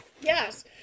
Yes